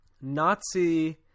Nazi